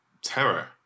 terror